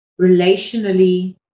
relationally